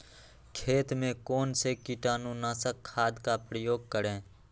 खेत में कौन से कीटाणु नाशक खाद का प्रयोग करें?